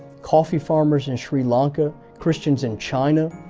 coffee farmers in sri lanka, christians in china,